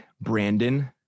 Brandon